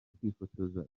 kwifotoza